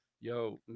yo